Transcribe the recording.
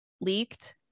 leaked